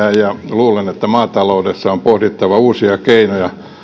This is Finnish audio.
luulen että maataloudessa on pohdittava uusia keinoja